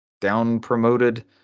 down-promoted